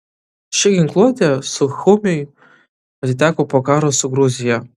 ši ginkluotė suchumiui atiteko po karo su gruzija